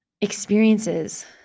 experiences